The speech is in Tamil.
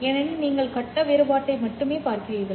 ஏனெனில் நீங்கள் கட்ட வேறுபாட்டை மட்டுமே பார்க்கிறீர்கள்